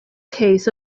case